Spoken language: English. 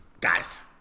Guys